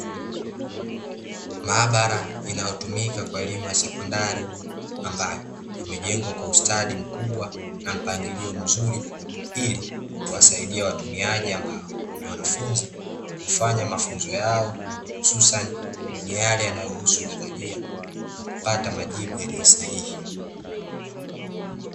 Maabara inayotumika kwa elimu ya sekondari ambayo, imejengwa kwa ustadi mkubwa na mpangilio mzuri ili kuwasaidia watumiaji ambao ni wanafunzi kufanya mafunzo yao, hususani , ni yale yanayohusu nadharia, na kupata majibu yaliyo sahihi.